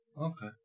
Okay